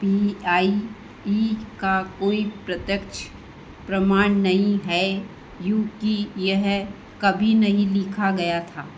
P I E का कोई प्रत्यक्ष प्रमाण नहीं है क्योंकि यह कभी नहीं लिखा गया था